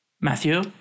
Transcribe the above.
Matthew